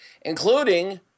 including